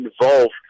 involved